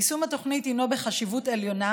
יישום התוכנית הינו בחשיבות עליונה,